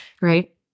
Right